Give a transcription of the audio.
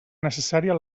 necessària